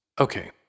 Okay